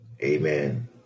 Amen